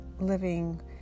living